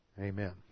Amen